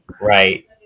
Right